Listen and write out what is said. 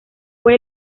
fue